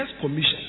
commission